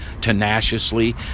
tenaciously